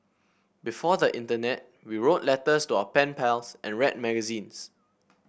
before the internet we wrote letters to our pen pals and read magazines